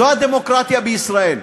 זו הדמוקרטיה בישראל.